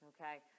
okay